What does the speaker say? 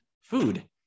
food